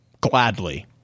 gladly